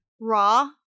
Raw